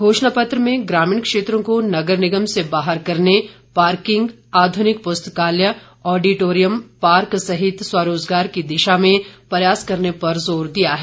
घोषणा पत्र में ग्रामीण क्षेत्रों को नगर निगम से बाहर करने पार्किंग आधुनिक पुस्तकाल्य ऑडीटोरियम पार्क सहित स्वरोजगार की दिशा में प्रयास करने पर जोर दिया है